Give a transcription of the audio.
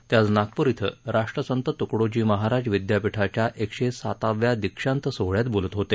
ते आज नागपूर इथं राष्ट्रसंत तुकडोजी महाराज विद्यापीठाच्या एकशे साताव्या दीक्षांत सोहळ्यात बोलत होते